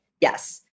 Yes